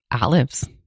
Olives